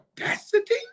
audacity